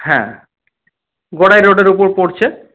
হ্যাঁ গড়াই রোডের উপর পড়ছে